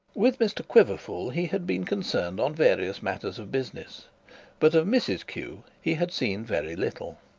with mr quiverful he had been concerned on various matters of business but of mrs q. he had seen very little.